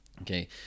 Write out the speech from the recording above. okay